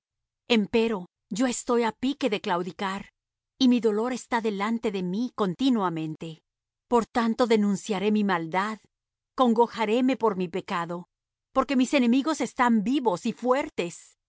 engrandecían empero yo estoy á pique de claudicar y mi dolor está delante de mí continuamente por tanto denunciaré mi maldad congojaréme por mi pecado porque mis enemigos están vivos y fuertes